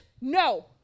no